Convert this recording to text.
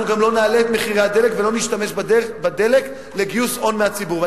אנחנו גם לא נעלה את מחירי הדלק ולא נשתמש בדלק לגיוס הון מהציבור.